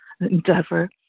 endeavour